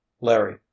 Larry